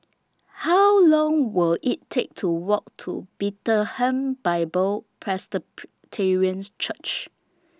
How Long Will IT Take to Walk to Bethlehem Bible Presbyterian Church